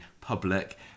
public